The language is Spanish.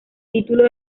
título